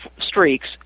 streaks